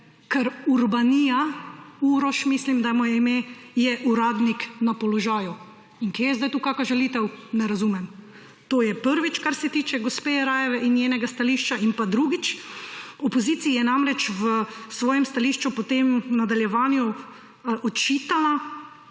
Ker Urbanija, Uroš mislim, da mu je ime, je uradnik na položaju. In kje je zdaj tu kakšna žalitev? Ne razumem. To je prvič, kar se tiče gospe Jerajeve in njenega stališča in pa drugič. V opoziciji je namreč v svojem stališču potem v nadaljevanju očitala,